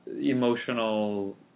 emotional